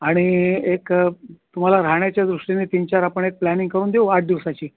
आणि एक तुम्हाला राहण्याच्या दृष्टीने तीन चार आपण एक प्लॅनिंग करून देऊ आठ दिवसाची